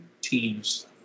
teams